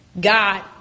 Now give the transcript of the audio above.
God